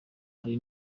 hari